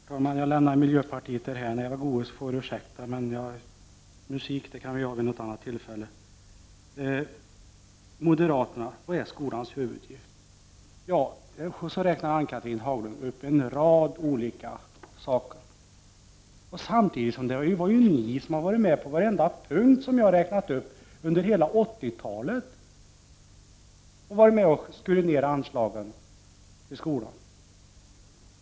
Herr talman! Jag lämnar miljöpartiet därhän. Eva Goés får ursäkta, men musik kan vi ha vid något annat tillfälle. Vilken är skolans huvuduppgift enligt moderaterna? Ann-Cathrine Haglund räknade upp en rad olika saker. När det gäller varenda punkt, som jag har räknat upp, under hela 1980-talet har moderaterna varit med och skurit ner anslagen till skolan.